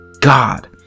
God